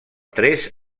tres